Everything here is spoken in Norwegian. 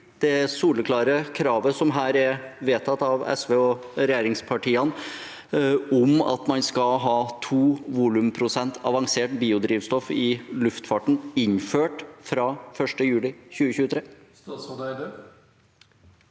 det soleklare kravet, som ble vedtatt av SV og regjeringspartiene, om at man skal ha 2 volumprosent avansert biodrivstoff i luftfarten, innført fra 1. juli 2023? Statsråd Espen